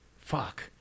Fuck